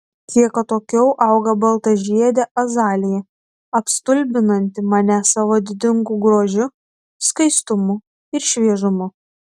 kiek atokiau auga baltažiedė azalija apstulbinanti mane savo didingu grožiu skaistumu ir šviežumu